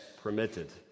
permitted